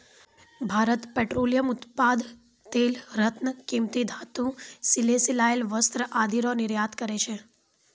Bharat petroleum उत्पाद तेल रत्न कीमती धातु सिले सिलायल वस्त्र आदि रो निर्यात करै छै